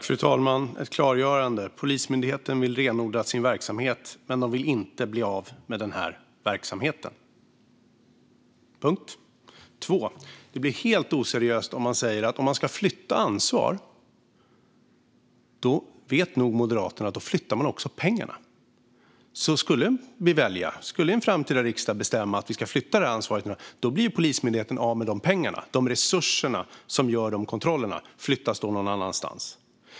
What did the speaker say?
Fru talman! Ett klargörande: Polismyndigheten vill renodla sin verksamhet, men de vill inte bli av med den här verksamheten - punkt. För det andra blir det helt oseriöst om man säger att man ska flytta ansvar, för då vet nog Moderaterna att man också flyttar pengarna. Så skulle en framtida riksdag bestämma att vi ska flytta detta ansvar blir Polismyndigheten av med de pengarna. De resurser som används för att göra dessa kontroller flyttas då någon annanstans.